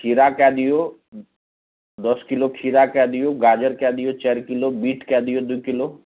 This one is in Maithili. खीरा कै दिऔ दस किलो खीरा कै दिऔ गाजर कै दिऔ चारि किलो बीट कै दिऔ दुइ किलो